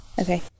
okay